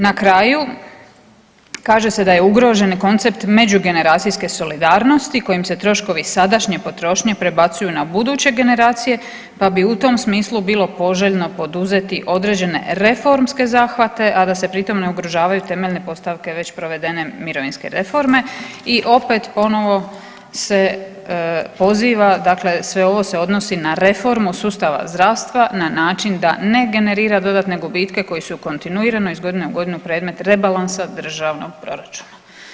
Na kraju, kaže se da je ugrožen koncept međugeneracijske solidarnosti kojim se troškovi sadašnje potrošnje prebacuju na buduće generacije pa bi u tom smislu bilo poželjno poduzeti određene reformske zahvate, a da se pritom ne ugrožavaju temeljne postavke već provedene mirovinske reforme i opet ponovo se poziva dakle sve ovo se odnosi na reformu sustava zdravstva na način da ne generira dodatne gubitke koji su kontinuirano iz godine u godinu predmet rebalansa državnog proračuna.